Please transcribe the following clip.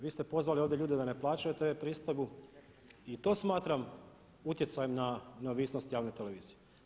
Vi ste pozvali ovdje ljude da ne plaćaju tv pristojbu i to smatram utjecajem na neovisnost javne televizije.